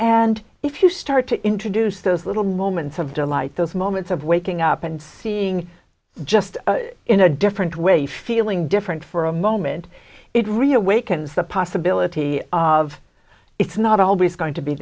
and if you start to introduce those little moments of delight those moments of waking up and seeing just in a different way feeling different for a moment it reawakens the possibility of it's not always going to be